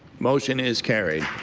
motion is carried.